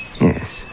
Yes